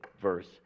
verse